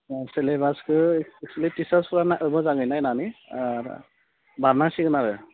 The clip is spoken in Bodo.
अ सिलेबासखो एकचुलि टिचार्सफोरा मोजाङै नायनानै बारनांसिगोन आरो